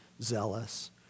zealous